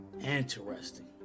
Interesting